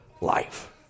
life